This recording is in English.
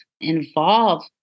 involve